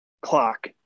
clock